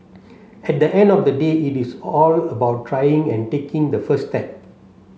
at the end of the day it is all about trying and taking the first step